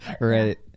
right